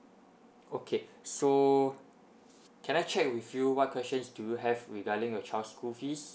okay so can I check with you what questions do you have regarding your child school fees